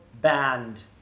band